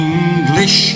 English